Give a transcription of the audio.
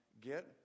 get